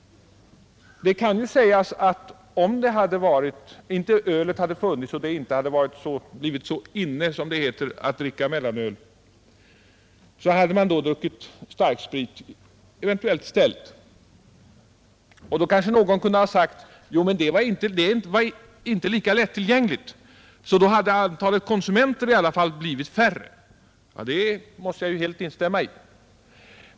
Det kan sägas att om inte mellanölet hade funnits och det inte hade blivit så inne, som det heter, att dricka det, hade man eventuellt druckit starksprit i stället. Då kanske någon hade sagt: Ja, men det är inte lika lättillgängligt, och därför hade antalet konsumenter i alla fall blivit mindre. Det måste jag helt instämma i.